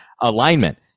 alignment